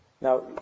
Now